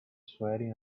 sweaty